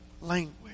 language